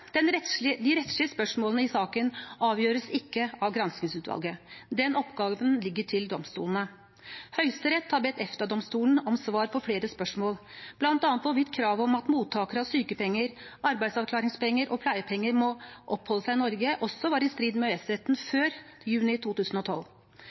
De rettslige spørsmålene i saken avgjøres ikke av granskingsutvalget. Den oppgaven ligger til domstolene. Høyesterett har bedt EFTA-domstolen om svar på flere spørsmål, bl.a. hvorvidt kravet om at mottakere av sykepenger, arbeidsavklaringspenger og pleiepenger må oppholde seg i Norge, var i strid med